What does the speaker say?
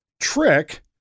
trick